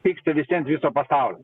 pykteli ant viso pasaulio